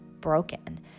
broken